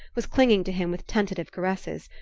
was clinging to him with tentative caresses.